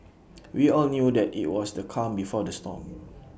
we all knew that IT was the calm before the storm